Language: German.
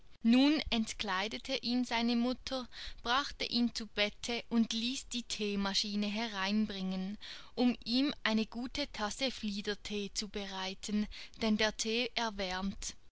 nun entkleidete ihn seine mutter brachte ihn zu bette und ließ die theemaschine hereinbringen um ihm eine gute tasse fliederthee zu bereiten denn der thee erwärmt